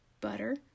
butter